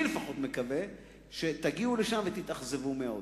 אני לפחות מקווה שתגיעו לשם ותתאכזבו מאוד.